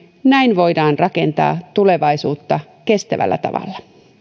näin voidaan rakentaa tulevaisuutta kestävällä tavalla